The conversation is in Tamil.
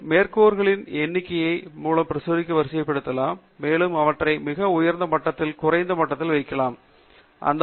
நீங்கள் மேற்கோள்களின் எண்ணிக்கை மூலம் பிரசுரங்களை வரிசைப்படுத்தலாம் மேலும் அவற்றை மிக உயர்ந்த மட்டத்திலிருந்து குறைந்த மட்டத்திற்கு மேற்கோள் காட்டலாம் உயர்ந்த நிலையில் இருப்பது